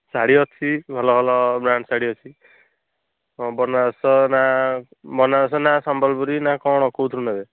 ଶାଢୀ ଅଛି ଭଲ ଭଲ ବ୍ରାଣ୍ଡ୍ ଶାଢ଼ୀ ଅଛି ହଁ ବନାରସ ନା ବନାରସ ନା ସମ୍ବଲପୁରୀ ନା କ'ଣ କେଉଁଥିରୁ ନେବେ